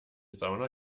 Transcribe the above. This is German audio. sauna